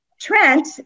Trent